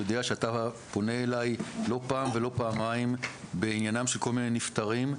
יודע שאתה פונה אליי לא פעם ולא פעמיים בעניינם של כל מיני נפטרים,